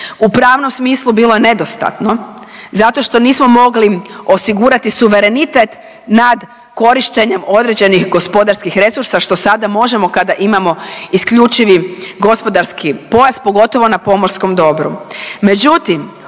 U pravnom smislu bilo je nedostatno zato što nismo mogli osigurati suverenitet nad korištenjem određenih gospodarskih resursa što sada možemo kada imamo isključivi gospodarski pojas pogotovo na pomorskom dobru.